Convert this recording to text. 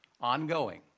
Ongoing